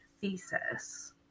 thesis